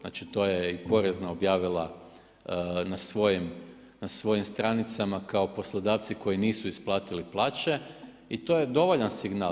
Znači to je i Porezna objavila na svojim stranicama kao poslodavci koji nisu isplatili plaće i to je dovoljan signal.